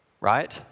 Right